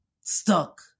stuck